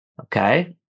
Okay